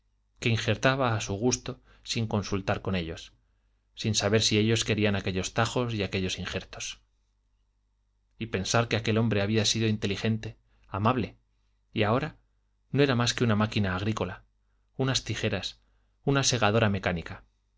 que injertaba a su gusto sin consultar con ellos sin saber si ellos querían aquellos tajos y aquellos injertos y pensar que aquel hombre había sido inteligente amable y ahora no era más que una máquina agrícola unas tijeras una segadora mecánica